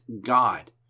God